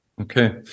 Okay